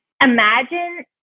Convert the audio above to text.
imagine